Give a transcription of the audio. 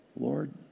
Lord